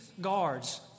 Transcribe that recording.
guards